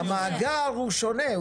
המאגר הוא שונה.